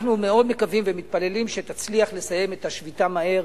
אנחנו מאוד מקווים ומתפללים שתצליח לסיים את השביתה מהר,